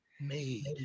made